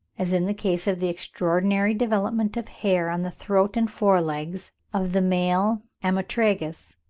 as in the case of the extraordinary development of hair on the throat and fore-legs of the male ammotragus,